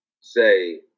say